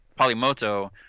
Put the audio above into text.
Polymoto